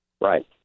Right